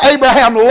Abraham